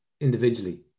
individually